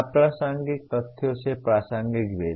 अप्रासंगिक तथ्यों से प्रासंगिक भेद